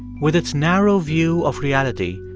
with its narrow view of reality,